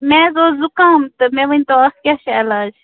مےٚ حظ اوس زُکام تہٕ مےٚ ؤنۍ تو اَتھ کیٛاہ چھُ علاج